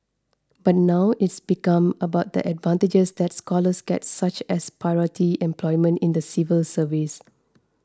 but now it's become about the advantages that scholars get such as priority employment in the civil service